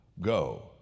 go